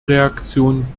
reaktion